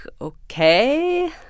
okay